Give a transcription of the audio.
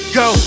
go